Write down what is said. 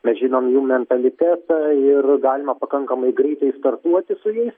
mes žinom jų mentalitetą ir galima pakankamai greitai startuoti su jais